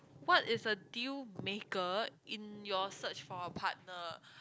what is a deal maker in your search for a partner